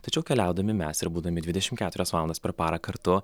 tačiau keliaudami mes ir būdami dvidešimt keturias valandas per parą kartu